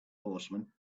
horsemen